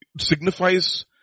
signifies